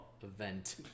event